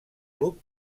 club